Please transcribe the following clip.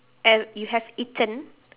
ev~ you have eaten